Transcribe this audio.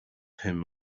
him